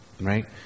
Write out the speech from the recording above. right